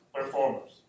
performers